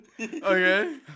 Okay